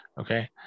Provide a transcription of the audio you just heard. Okay